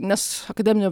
nes akademinio